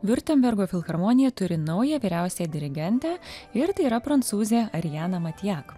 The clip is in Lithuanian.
viurtembergo filharmonija turi naują vyriausiąją dirigentę ir tai yra prancūzė ariana matjak